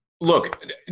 Look